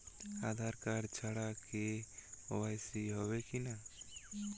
আধার card ছাড়া KYC হবে কিনা?